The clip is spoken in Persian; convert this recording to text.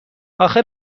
اخه